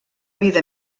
vida